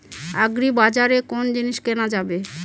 আগ্রিবাজারে কোন জিনিস কেনা যাবে?